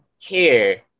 care